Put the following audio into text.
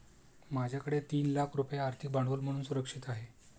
माझ्याकडे तीन लाख रुपये आर्थिक भांडवल म्हणून सुरक्षित आहेत